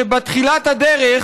שבתחילת הדרך